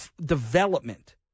development